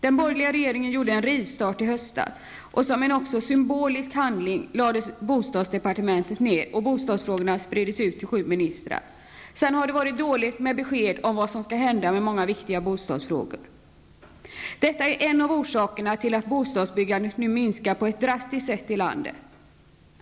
Den borgerliga regeringen gjorde en rivstart i höstas, och som en symbolisk handling lades bostadsdepartementet ned och bostadsfrågorna spriddes ut till sju ministrar. Sen har det varit dåligt med besked om vad som skall hända med många viktiga bostadsfrågor. Detta är en av orsakerna till att bostadsbyggandet nu minskar på ett drastiskt sätt i landet.